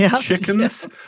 chickens